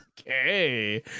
Okay